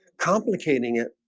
complicating it